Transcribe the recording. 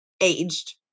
aged